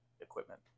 equipment